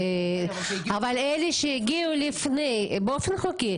אלה שהגיעו לפני באופן חוקי